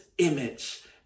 image